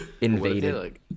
invaded